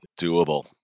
Doable